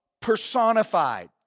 personified